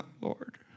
Lord